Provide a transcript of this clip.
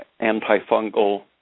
antifungal